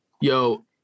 Yo